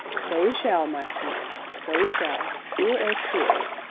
so ee shall, my sweet so ee shall, sure as sure,